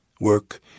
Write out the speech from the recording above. Work